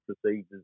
procedures